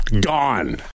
Gone